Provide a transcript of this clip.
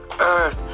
earth